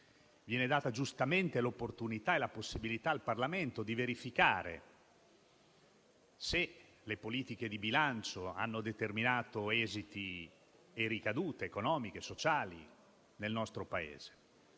viene data giustamente l'opportunità e la possibilità al Parlamento di verificare se le politiche di bilancio hanno determinato esiti e ricadute economiche e sociali nel nostro Paese.